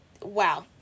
Wow